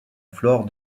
flore